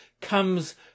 comes